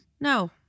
No